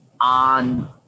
on